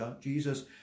Jesus